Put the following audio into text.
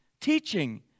teaching